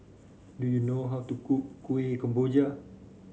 do you know how to cook Kuih Kemboja